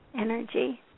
energy